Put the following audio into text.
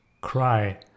cry